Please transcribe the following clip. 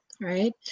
right